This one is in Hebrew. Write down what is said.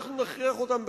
אנחנו נכריח אותם,